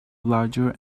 larger